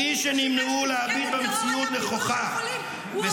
מי שנמנעו מלהביט במציאות נכוחה -- בית חולים ששימש מפקדת טרור.